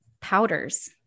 powders